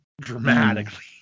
dramatically